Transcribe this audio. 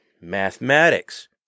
mathematics